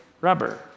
rubber